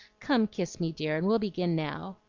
come, kiss me, dear, and we'll begin now.